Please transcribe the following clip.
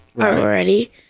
already